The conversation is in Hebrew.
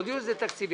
הודיעו שזה תקציבי.